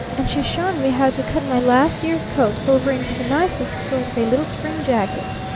and she's shown me how to cut my last year's coat over into the nicest sort of a little spring jacket!